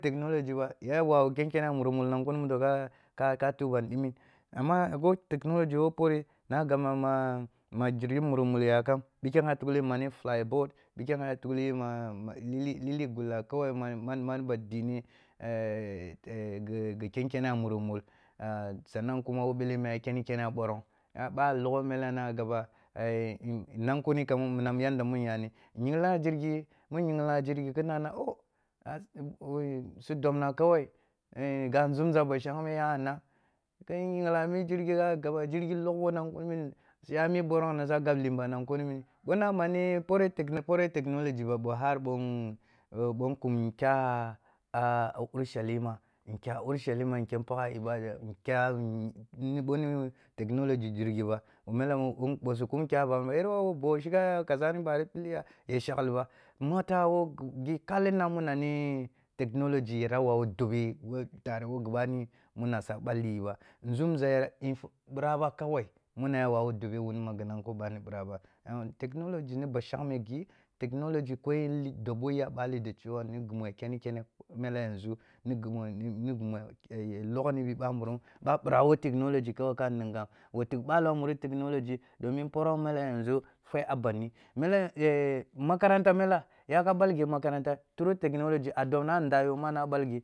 Technology ba, ya wawu ken kene a muri mur nan kuni mudo ka ka tuh ban ɗimir amma a go technology wo poreh na gabna ma ma ma girgi muri mur yakam, pikhem ya tukli ma ni flying boat, pikhem ya tukliyi ma ma lli, lili gulla kawai ma ba dineghe, ghi ken kene a muri mur, sannan kuma we ɓele mu ya ken- kene a ɓoron, ɓoh a logho mela na gaba, nan kuni minang yanda mu nyani, nyinglang a mi yirgi mun yingli a jirgi kinna ma oh, sa dobna kawai, oh ga nzumza ba shangme ya ina, kin yingla a mi jirgi ka gaba jirgi high’un nan kunmini, su ya mi ɓoron na su gab limba nan kuni mini, ɓoh na ma ni poreh, poreh technology ba ɓoh, ɓoh har ɓoh nkum nkum kyah a a urushelima, eh kyah urushalima nkyem pagh ibadah, nkyah ɓoh ni technolog girgi ba, ɓoh mela, ɓoh su kum kyah ba, yara wawu buh shigha kasani ɓari pilli ya ɓari shakli ba, mata wok ghi kallina muna ni technology yara wawu dobe oh tare wo ghi ɓani nuna sa ɓalli yiba nzumza eh e ɓiraba kawai muna ya wawu dobe wuni maghi nanko ɓira ba, eh technology ni ba shangme ghi, technology ko yen yi dob wo yi a ɓali da cewa ni ghi mu ya kenikene mele yanzu, ni ghi mu, ni ghi mu ya lughni ɓi ɓamburum ɓah ɓira wo technology kani nkam, wa tikh ɓalo a muri technology, do min poroh mele ya nzu fweh a bandi, meli makaranta mela ya ka ɓal ghi makaranta, through technology a dobna a nda yo na ɓal ghi